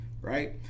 right